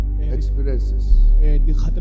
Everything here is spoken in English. experiences